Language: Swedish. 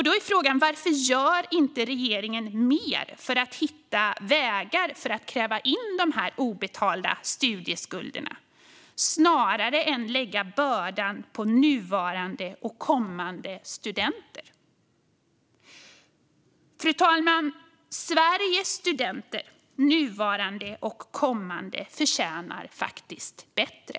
Då är frågan: Varför gör regeringen inte mer för att hitta vägar att kräva in de obetalda studieskulderna, snarare än att lägga bördan på nuvarande och kommande studenter? Fru talman! Sveriges studenter - nuvarande och kommande - förtjänar faktiskt bättre.